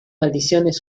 maldiciones